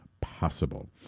possible